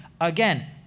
Again